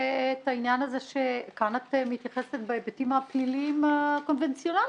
כאן את מתייחסת בהיבטים הפליליים הקונבנציונאליים.